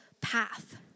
path